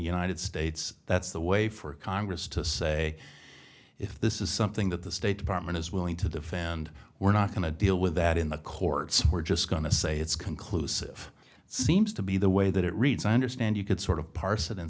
united states that's the way for congress to say if this is something that the state department is willing to defend we're not going to deal with that in the courts we're just going to say it's conclusive seems to be the way that it reads i understand you could sort of par